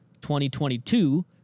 2022